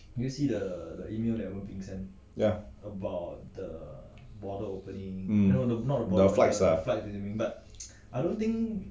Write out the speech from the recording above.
ya the flights ah